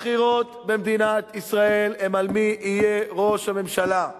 הבחירות במדינת ישראל הן על מי יהיה ראש הממשלה.